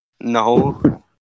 No